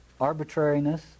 arbitrariness